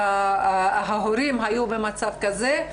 שההורים היו במצב כזה,